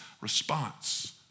response